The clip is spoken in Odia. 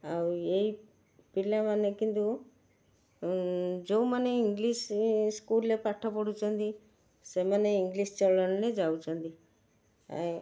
ଆଉ ଏଇ ପିଲାମାନେ କିନ୍ତୁ ଯେଉଁମାନେ ଇଂଲିଶ ସ୍କୁଲରେ ପାଠ ପଢ଼ୁଛନ୍ତି ସେମାନେ ଇଂଲିଶ ଚଳଣିରେ ଯାଉଛନ୍ତି